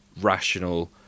rational